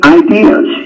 ideas